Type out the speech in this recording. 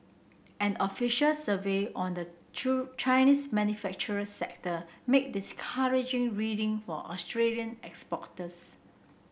an official survey on the true Chinese manufacturing sector made discouraging reading for Australian